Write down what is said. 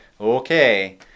Okay